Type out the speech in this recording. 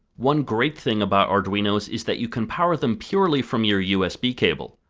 one great thing about arduinos is that you can power them purely from your usb cable.